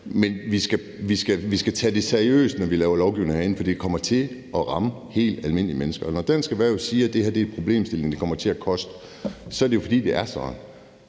Men vi skal tage det seriøst, når vi laver lovgivning herinde, for det kommer til at ramme helt almindelige mennesker. Når Dansk Erhverv siger, at det her er en problemstilling, der kommer til at koste, er det jo, fordi det er sådan.